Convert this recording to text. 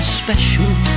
special